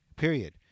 Period